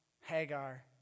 Hagar